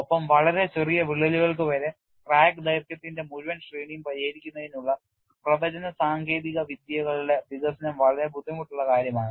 ഒപ്പം വളരെ ചെറിയ വിള്ളലുകൾ വരെ ക്രാക്ക് ദൈർഘ്യത്തിന്റെ മുഴുവൻ ശ്രേണിയും പരിഹരിക്കുന്നതിനുള്ള പ്രവചന സാങ്കേതിക വിദ്യകളുടെ വികസനം വളരെ ബുദ്ധിമുട്ടുള്ള കാര്യമാണ്